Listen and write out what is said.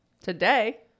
Today